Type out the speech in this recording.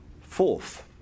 Fourth